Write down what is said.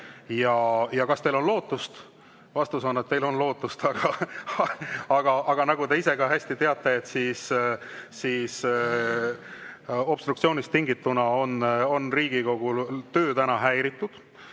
kas teil on lootust? Vastus on, et teil on lootust. Aga nagu te ise ka hästi teate, siis obstruktsioonist tingituna on Riigikogu töö praegu häiritud